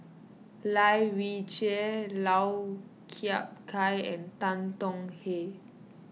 Lai Weijie Lau Chiap Khai and Tan Tong Hye